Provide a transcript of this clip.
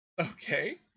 okay